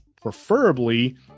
preferably